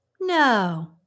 No